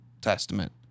Testament